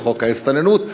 וחוק ההסתננות.